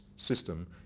system